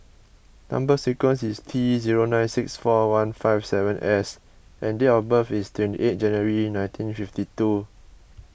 Number Sequence is T zero nine six four one five seven S and date of birth is twenty eight January nineteen fifty two